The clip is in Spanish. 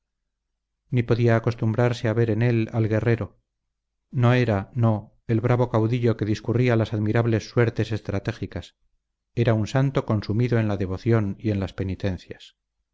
ni podía acostumbrarse a ver en él al guerrero no era no el bravo caudillo que discurría las admirables suertes estratégicas era un santo consumido en la devoción y en las penitencias